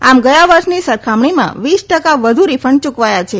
આમ ગયા વર્ષની સરખામણીમાં વીસ ટકા વધુ રીફંડ યુકવાયા છે